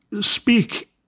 speak